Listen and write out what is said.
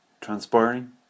transpiring